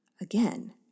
again